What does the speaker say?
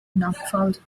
norfolk